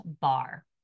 bar